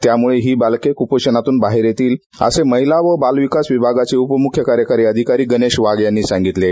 त्यामुळे ही मुले कुपोषणातून बाहेर येतील असे महिला आणि बालविकास विभागाचे उपमुख्य कार्यकारी अधिकारी गणेश वाघ यानी सांगितले आहे